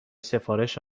سفارش